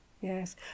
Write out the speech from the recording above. Yes